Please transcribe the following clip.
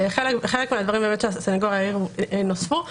חלק מהדברים שהסנגוריה העירה עליהם נוספו,